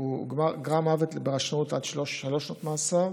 בגרם מוות ברשלנות עד שלוש שנות מאסר,